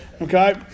Okay